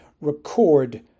record